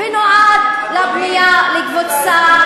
ונועד לבנייה לקבוצה,